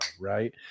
right